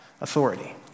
authority